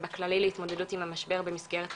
ובכללי להתמודדות עם המשבר במסגרת טיפולית.